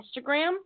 Instagram